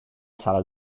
sala